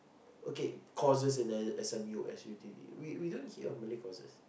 okay courses in S_M_U S_U_T_D we we don't hear of Malay courses